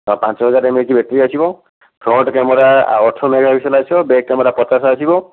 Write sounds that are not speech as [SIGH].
ଆଉ ପାଞ୍ଚ ହଜାର [UNINTELLIGIBLE] ବ୍ୟାଟେରୀ ଆସିବ ଫ୍ରଣ୍ଟ୍ କ୍ୟାମେରା ଅଠର ମେଗା ପିକ୍ସେଲ୍ ଆସିବ ବ୍ୟାକ୍ କ୍ୟାମେରା ପଚାଶ ଆସିବ